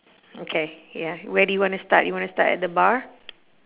okay ya where do you want to start you want to start at the bar